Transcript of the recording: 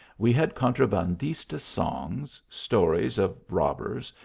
we had contrabandista songs, stories of robbers,